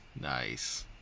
nice